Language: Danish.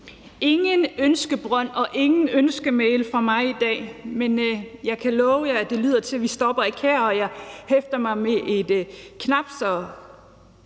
Ingen ønskebrønd og ingen ønskemail fra mig i dag, men jeg kan love jer – for sådan lyder det – at vi ikke stopper her, og jeg hæfter mig ved et knapt